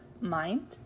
mind